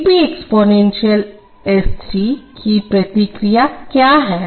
V p exponential st की प्रतिक्रिया क्या है